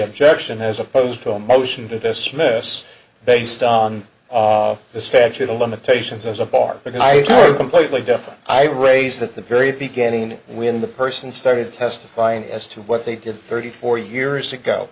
objection as opposed to a motion to dismiss based on the statute of limitations as a part because i completely deaf and i raised at the very beginning when the person started testifying as to what they did thirty four years ago